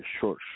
short